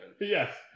Yes